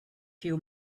few